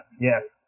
yes